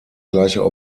gleicher